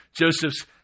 Joseph's